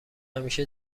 همیشه